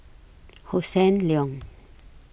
Hossan Leong